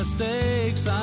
Mistakes